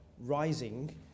rising